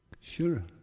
Sure